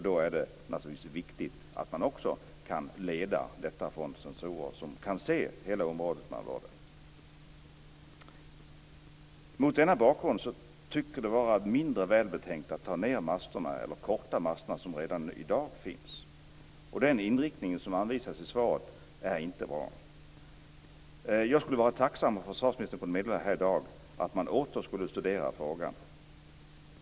Då är det också viktigt att man kan leda detta från sensorer som kan se hela området med radar. Mot denna bakgrund tycks det mig vara mindre välbetänkt att ta ned masterna eller korta de master som redan i dag finns. Den inriktning som anvisas i svaret är inte bra. Jag skulle vara tacksam om försvarsministern kunde meddela här i dag att man åter skulle studera frågan.